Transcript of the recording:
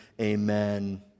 Amen